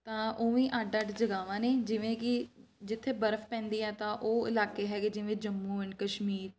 ਤਾਂ ਉਵੇਂ ਅੱਡ ਅੱਡ ਜਗ੍ਹਾਵਾਂ ਨੇ ਜਿਵੇਂ ਕਿ ਜਿੱਥੇ ਬਰਫ ਪੈਂਦੀ ਹੈ ਤਾਂ ਉਹ ਇਲਾਕੇ ਹੈਗੇ ਜਿਵੇਂ ਜੰਮੂ ਐਂਡ ਕਸ਼ਮੀਰ